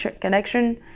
connection